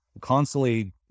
constantly